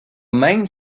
main